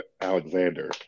Alexander